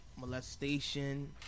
molestation